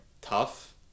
tough